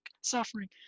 suffering